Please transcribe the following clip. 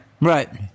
Right